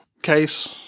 case